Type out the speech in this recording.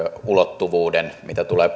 ulottuvuuden käsittelyä mitä tulee